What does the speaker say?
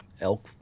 elk